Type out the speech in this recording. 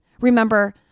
Remember